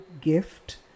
gift